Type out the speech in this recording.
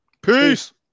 Peace